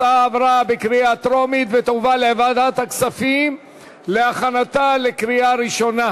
ההצעה עברה בקריאה טרומית ותועבר לוועדת הכספים להכנתה לקריאה ראשונה.